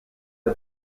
der